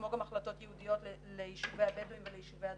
כמו גם החלטות ייעודיות ליישובי הבדואים וליישובי הדרוזים.